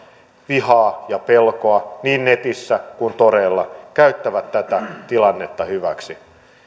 vihaa ja pelkoa niin netissä kuin toreillakin käyttävät tätä tilannetta hyväksi